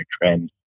trend